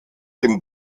dem